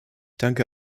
danke